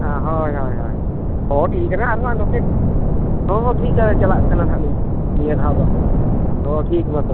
ᱦᱳᱭ ᱦᱳᱭ ᱦᱳᱭ ᱦᱳᱭ ᱴᱷᱤᱠ ᱜᱮᱭᱟ ᱦᱟᱸᱜ ᱱᱚᱛᱮ ᱦᱮᱸ ᱦᱮᱸ ᱴᱷᱤᱠ ᱜᱮᱭᱟ ᱪᱟᱞᱟᱜ ᱠᱟᱱᱟ ᱞᱤᱧ ᱱᱤᱭᱟᱹ ᱫᱷᱟᱣ ᱫᱚ ᱦᱮᱸ ᱴᱷᱤᱠ ᱢᱟ ᱛᱚᱵᱮ